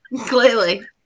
clearly